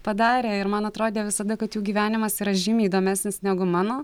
padarė ir man atrodė visada kad jų gyvenimas yra žymiai įdomesnis negu mano